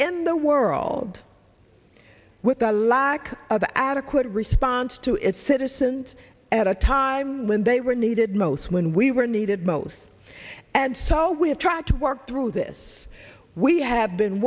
in the world with a lack of adequate response to its citizens at a time when they were needed most when we were needed most and so we have tried to work through this we have been